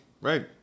right